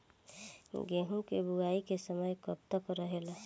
गेहूँ के बुवाई के समय कब तक रहेला?